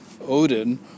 Odin